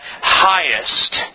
highest